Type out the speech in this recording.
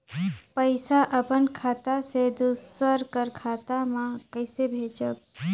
पइसा अपन खाता से दूसर कर खाता म कइसे भेजब?